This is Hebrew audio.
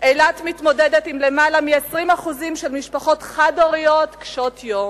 אילת מתמודדת עם למעלה מ-20% של משפחות חד-הוריות קשות-יום.